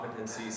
competencies